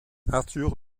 arthur